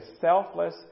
selfless